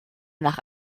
nach